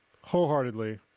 wholeheartedly